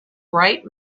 bright